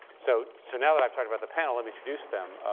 so so now that i've talked about the panel, let me introduce them.